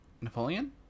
Napoleon